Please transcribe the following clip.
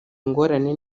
ingorane